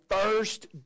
first